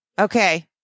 Okay